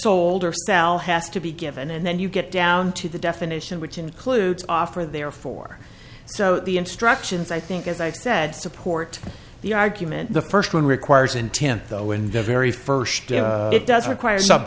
sold or sell has to be given and then you get down to the definition which includes offer therefore so the instructions i think as i said support the argument the first one requires intent though in the very first it does require s